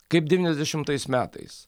kaip devyniasdešimtais metais